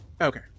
Okay